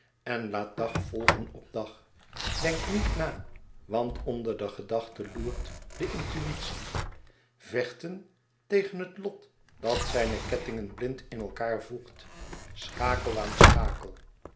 en laat dag volgen op dag denk niet na want onder de gedachte loert de intuïtie vechten tegen het lot dat zijne kettingen blind in elkaâr voegt schakel